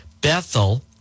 Bethel